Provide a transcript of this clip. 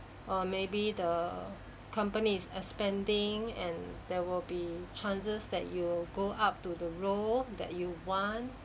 or maybe the company is expanding and there will be chances that you go up to the role that you want